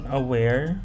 aware